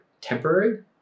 temporary